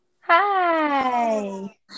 Hi